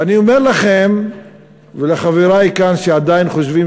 ואני אומר לכם ולחברי כאן שעדיין חושבים